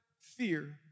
fear